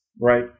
right